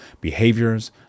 behaviors